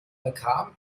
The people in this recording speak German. bekam